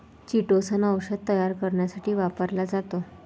chitosan औषध तयार करण्यासाठी वापरला जातो